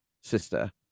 sister